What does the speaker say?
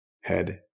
head